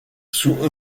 sous